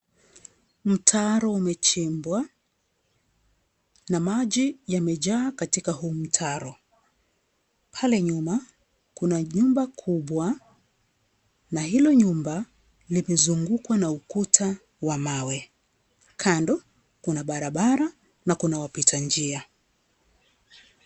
Mtaro umechimbwa na maji yamejaa katika huu mtaro. Pale nyuma kuna nyumba kubwa na hilo nyumba limezungukwa na ukuta wa mawe. Kando kuna barabara na kuna wapitanjia.